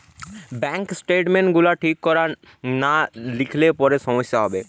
bank statement গুলা ঠিক কোরে না লিখলে পরে সমস্যা হবে